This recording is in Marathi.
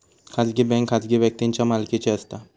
खाजगी बँक खाजगी व्यक्तींच्या मालकीची असता